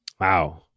Wow